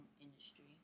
industry